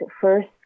first